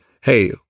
hey